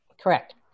Correct